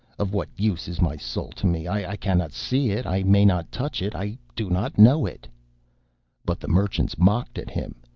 of what use is my soul to me? i cannot see it. i may not touch it. i do not know it but the merchants mocked at him,